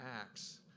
Acts